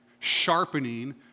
sharpening